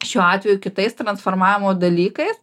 šiuo atveju kitais transformavimo dalykais